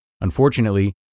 Unfortunately